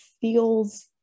feels